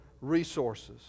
resources